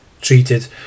treated